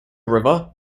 river